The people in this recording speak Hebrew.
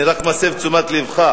אני רק מסב את תשומת לבך.